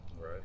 right